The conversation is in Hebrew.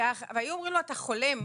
והיו אומרים לו אתה חולם,